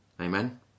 amen